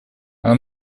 она